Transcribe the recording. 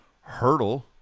Hurdle